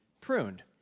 pruned